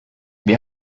wir